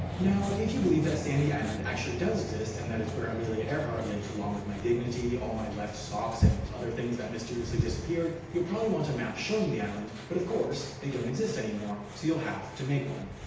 now, if you believe that sandy island actually does exist and that it's where amelia earhart lives along with my dignity, all my left socks, and other things that mysteriously disappeared you'll probably want a map showing the island but, of course, they don't exist anymore so you'll have to make one.